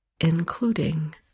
including